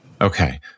Okay